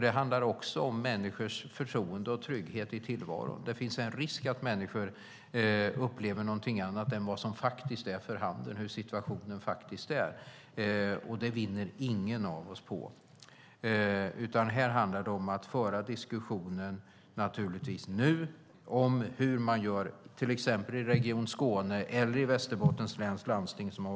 Det handlar om människors förtroende och trygghet i tillvaron. Det finns risk för att människor upplever någonting annat än vad som är för handen, hur situationen faktiskt är. Det vinner ingen av oss på. Här handlar det om att föra diskussionen bland dem som är ansvariga och i de beslutande församlingar som befolkningarna röstat fram.